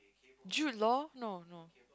Jude-Law no no